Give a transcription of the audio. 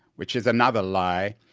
which is another lie,